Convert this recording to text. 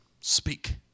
Speak